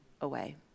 away